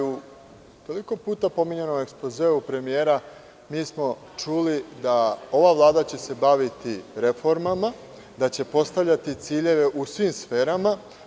U toliko puta pomenutom ekspozeu premijera čuli smo da će se ova Vlada baviti reformama, da će postavljati ciljeve u svim sferama.